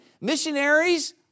missionaries